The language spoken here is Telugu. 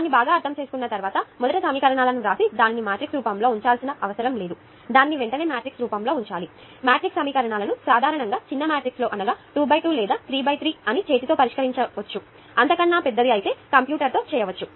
దాన్ని బాగా అర్థం చేసుకున్న తర్వాత మొదట సమీకరణాలను వ్రాసి తర్వాత దానిని మ్యాట్రిక్స్ రూపంలో ఉంచాల్సిన అవసరం లేదు దానిని వెంటనే మ్యాట్రిక్స్ రూపంలో ఉంచాలి మాట్రిక్స్ సమీకరణాలను సాధారణంగా చిన్న మ్యాట్రిక్స్ లో అనగా 2x2 లేదా 3x3 అయితే చేతితో పరిష్కరించవచ్చు అంత కన్నా పెద్దది అయితే కంప్యూటర్ తో చేయవచ్చు